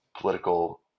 political